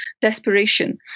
desperation